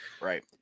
right